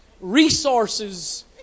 resources